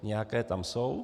Nějaké tam jsou.